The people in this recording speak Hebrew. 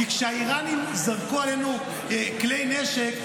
כי כשהאיראנים זרקו עלינו כלי נשק,